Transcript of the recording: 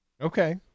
Okay